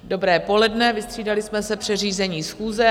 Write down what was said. Dobré poledne, vystřídali jsme se při řízení schůze.